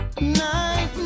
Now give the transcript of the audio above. night